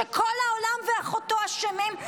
שכל העולם ואחותו אשמים,